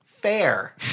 Fair